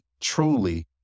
truly